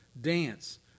dance